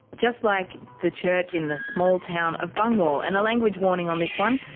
just like the church in the small town of bungwahl. and a language warning on this one,